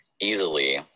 easily